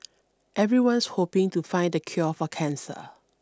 everyone's hoping to find the cure for cancer